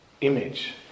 image